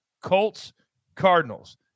Colts-Cardinals